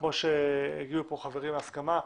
כפי שהגיעו פה החברים להסכמה.